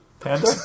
Panda